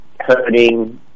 hurting